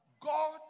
God